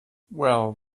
well